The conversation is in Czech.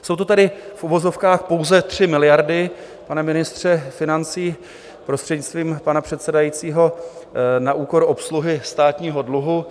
Jsou to tedy v uvozovkách pouze 3 miliardy, pane ministře financí, prostřednictvím pana předsedajícího, na úkor obsluhy státního dluhu.